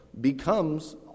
becomes